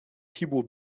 thibault